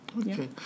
Okay